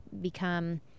become